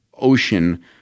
ocean